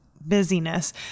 busyness